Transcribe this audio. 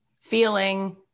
feeling